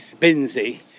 Binsey